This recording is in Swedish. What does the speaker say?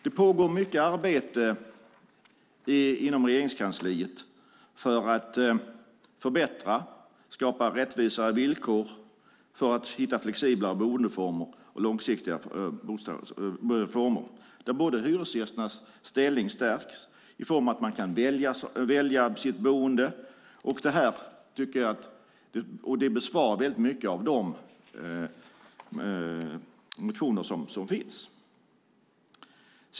Det pågår mycket arbete inom Regeringskansliet för att förbättra, skapa rättvisare villkor och hitta flexiblare boendeformer och långsiktiga former där hyresgästernas ställning stärks så att man kan välja sitt boende. Det besvarar många av de motioner som finns.